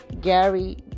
Gary